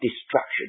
destruction